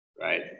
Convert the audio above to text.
right